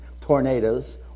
tornadoes